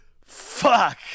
fuck